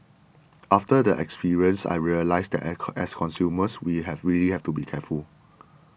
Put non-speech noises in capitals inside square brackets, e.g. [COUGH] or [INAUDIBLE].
after the experience I realised that [UNINTELLIGIBLE] as consumers we have really have to be careful